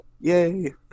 Yay